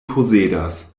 posedas